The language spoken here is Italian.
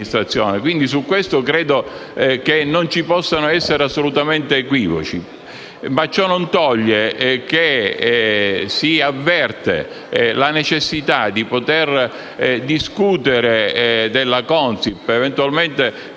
quindi, su questo, credo non vi possano essere assolutamente equivoci. Ciò non toglie che si avverte la necessità di discutere della Consip, con suggerimenti